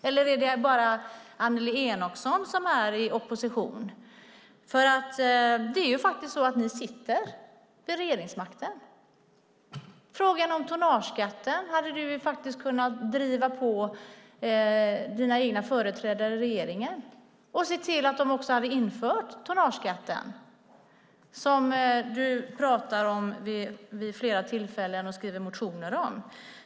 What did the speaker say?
Eller är det bara Annelie Enochson som är i opposition? Det är ju faktiskt så att ni sitter vid regeringsmakten. I frågan om tonnageskatten hade du faktiskt kunna driva på dina egna företrädare i regeringen och sett till att de också hade infört tonnageskatten, som du pratar om vid flera tillfällen och skriver motioner om.